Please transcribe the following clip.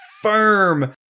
firm